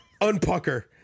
Unpucker